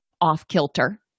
off-kilter